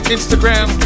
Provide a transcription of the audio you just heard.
Instagram